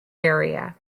area